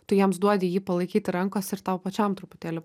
tu jiems duodi jį palaikyti rankose ir tau pačiam truputėlį